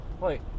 Wait